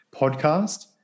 podcast